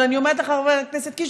אבל אני אומרת לחבר הכנסת קיש,